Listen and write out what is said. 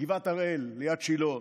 גבעת הראל ליד שילה,